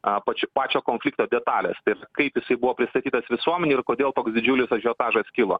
a pač pačio konflikto detalės tiesa kaip jisai buvo pristatytas visuomenei ir kodėl toks didžiulis ažiotažas kilo